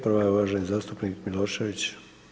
Prva je uvaženi zastupnik Milošević.